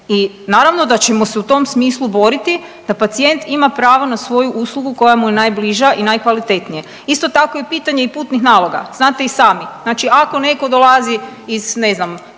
i naravno da ćemo se u tom smislu boriti da pacijent ima pravo na svoju uslugu koja mu je najbliža i najkvalitetnija. Isto tako i pitanje i putnih naloga. Znate i sami, znači ako netko dolazi iz ne znam